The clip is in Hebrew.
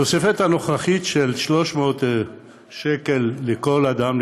התוספת הנוכחית של 300 שקל לכל אדם,